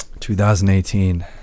2018